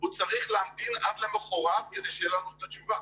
הוא צריך להמתין עד למחרת כדי שיהיה לנו את התשובה